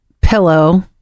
pillow